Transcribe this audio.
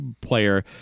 player